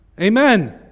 Amen